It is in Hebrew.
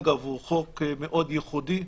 אגב, הוא חוק מאוד ייחודי.